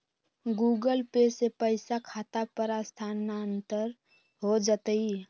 Google Pay से पईसा खाता पर स्थानानंतर हो जतई?